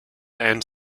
and